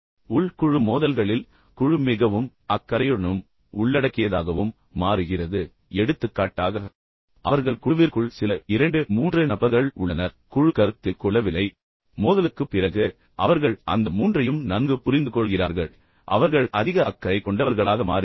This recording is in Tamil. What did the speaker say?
உள் குழு மோதல்களில் குழு மிகவும் அக்கறையுடனும் உள்ளடக்கியதாகவும் மாறுகிறது எடுத்துக்காட்டாக அவர்கள் குழுவிற்குள் சில 2 3 நபர்கள் உள்ளனர் குழு கருத்தில் கொள்ளவில்லை ஆனால் மோதலுக்குப் பிறகு அவர்கள் அந்த மூன்றையும் நன்கு புரிந்துகொள்கிறார்கள் பின்னர் அவர்கள் அதிக அக்கறையும் ஈடுபாடும் கொண்டவர்களாக மாறுகிறார்கள்